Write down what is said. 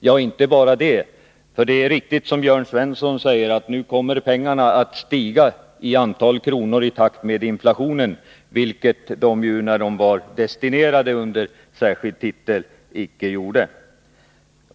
Ja, inte bara det, för det är riktigt som Jörn Svensson sade, att nu kommer antalet kronor att stiga i takt med inflationen, vilket ju dessa medel när de var destinerade under särskild titel icke gjorde.